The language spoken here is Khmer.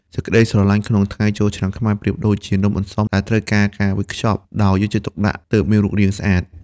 សេចក្ដីស្រឡាញ់ក្នុងថ្ងៃចូលឆ្នាំខ្មែរ ប្រៀបដូចជា "នំអន្សម" ដែលត្រូវការការវេចខ្ចប់ដោយយកចិត្តទុកដាក់ទើបមានរូបរាងស្អាត។